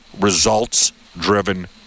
results-driven